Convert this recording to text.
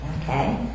okay